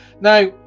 now